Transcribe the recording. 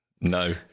No